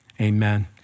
amen